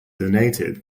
donated